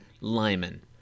lyman